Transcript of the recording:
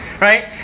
right